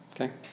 Okay